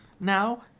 now